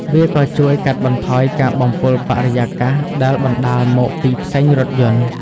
វាក៏ជួយកាត់បន្ថយការបំពុលបរិយាកាសដែលបណ្តាលមកពីផ្សែងរថយន្ត។